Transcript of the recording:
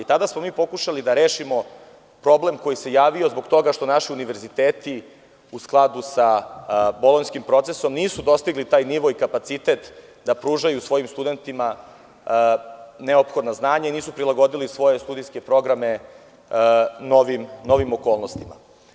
Tada smo mi pokušali da rešimo problem koji se javio zbog toga što naši univerziteti u skladu sa Bolonjskim procesom nisu dostigli taj nivo i kapacitet da pružaju svojim studentima sva neophodna znanja i nisu prilagodili svoje studijske programe ovim novim okolnostima.